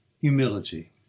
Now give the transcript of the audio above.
humility